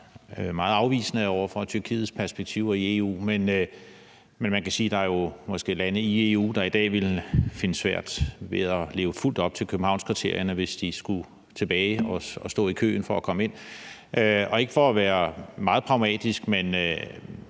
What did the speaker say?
meget afvisende over for Tyrkiets perspektiver i EU, men man kan sige, at der jo måske er lande i EU, der i dag ville finde det svært at leve fuldt op til Københavnskriterierne, hvis de skulle tilbage og stå i køen for at komme ind. Og det er ikke for at være meget pragmatisk, men